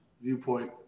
viewpoint